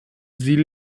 sie